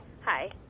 Hi